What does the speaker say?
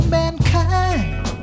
mankind